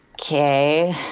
okay